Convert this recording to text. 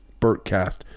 Bertcast